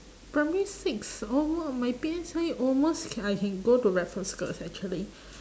primary six almo~ my P_S_L_E almost ca~ I can go to raffles girls' actually